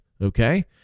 okay